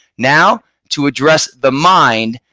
now to address the mind,